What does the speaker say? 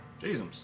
Jesus